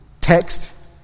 text